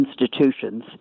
institutions